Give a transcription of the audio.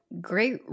great